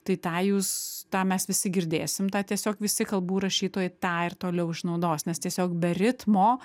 tai tą jūs tą mes visi girdėsim tą tiesiog visi kalbų rašytojai tą ir toliau išnaudos nes tiesiog be ritmo